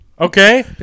Okay